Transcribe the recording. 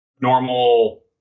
normal